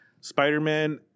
Spider-Man